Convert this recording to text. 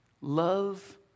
Love